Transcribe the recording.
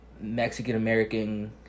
Mexican-American